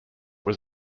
was